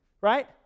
right